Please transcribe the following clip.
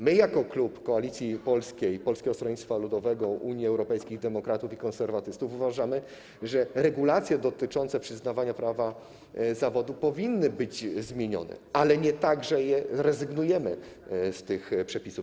My jako klub Koalicji Polskiej - Polskiego Stronnictwa Ludowego, Unii Europejskich Demokratów, Konserwatystów uważamy, że regulacje dotyczące przyznawania prawa wykonywania zawodu powinny być zmienione, ale nie tak, że rezygnujemy z tych przepisów.